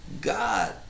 God